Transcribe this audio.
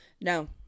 No